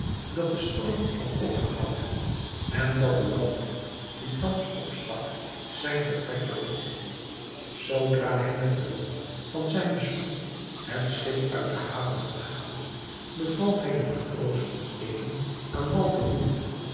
dat de storm had opgehouden en dat de landwind die thans opstak zijn vertrek begunstigde zoodra hij met behulp van zijne sloep het schip uit de haven had gehaald beval hij de matrozen nog even aan wal te roeijen